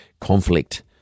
conflict